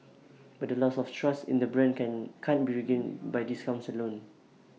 but the loss of trust in the brand can can't be regained by discounts alone